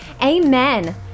Amen